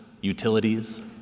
utilities